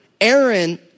Aaron